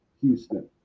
Houston